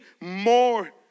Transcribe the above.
more